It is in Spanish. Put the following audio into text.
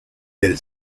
del